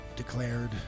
declared